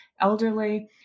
elderly